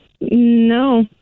No